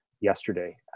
yesterday